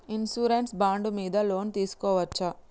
Insurance bond మీద loan తీస్కొవచ్చా?